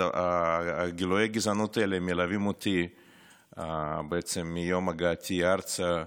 גילויי הגזענות האלה מלווים אותי בעצם מיום הגעתי ארצה,